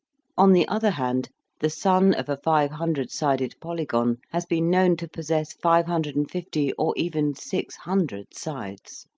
on the other hand the son of a five-hundred-sided polygon has been known to possess five hundred and fifty, or even six hundred sides.